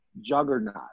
juggernaut